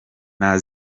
nta